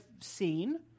seen